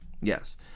Yes